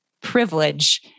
privilege